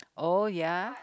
oh ya